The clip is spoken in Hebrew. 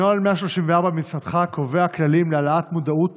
נוהל 134 במשרדך קובע כללים להעלאת מודעות